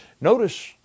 Notice